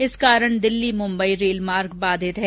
इस कारण दिल्ली मुंबई रेल मार्ग बाधित है